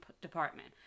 department